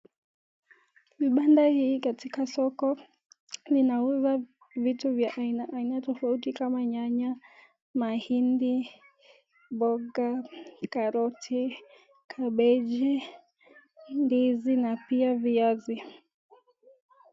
Vibanda hivi katika soko vinauza vitu vya aina tofauti tofauti kama nyanya, mahindi, mboga ,karoti, kabeji, ndizi na pia viazi.